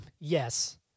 Yes